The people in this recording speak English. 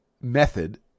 method